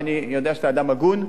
ואני יודע שאתה אדם הגון,